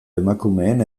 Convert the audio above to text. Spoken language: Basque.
emakumeen